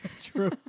True